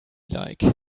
like